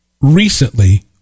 recently